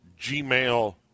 Gmail